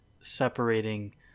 separating